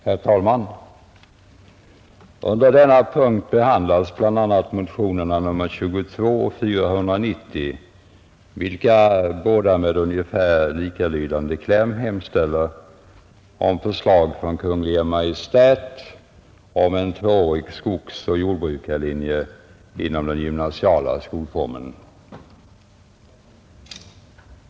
Herr talman! Under denna punkt behandlas bl.a. motionerna 22 och 490, vilka båda med ungefär likalydande kläm hemställer om förslag från Kungl. Maj:t om en tvåårig skogsoch jordbrukslinje inom den gymnasiala skolformen.